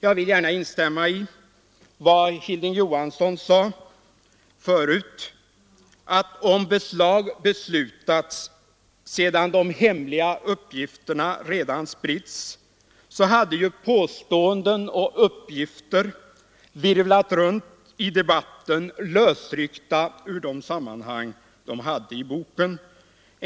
Jag vill gärna instämma i vad Hilding Johansson sade förut — att om beslag hade beslutats sedan de hemliga uppgifterna redan spritts, så hade påståenden och uppgifter virvlat runt i debatten, lösryckta ur de sammanhang som de hade i boken.